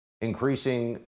increasing